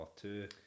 two